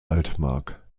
altmark